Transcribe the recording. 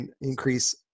increase